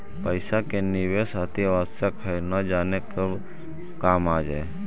पइसा के निवेश अतिआवश्यक हइ, न जाने कब काम आ जाइ